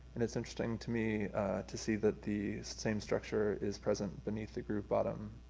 and it's interesting to me to see that the same structure is present beneath the groove bottom,